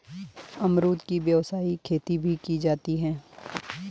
अमरुद की व्यावसायिक खेती भी की जाती है